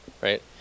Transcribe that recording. right